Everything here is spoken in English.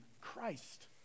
Christ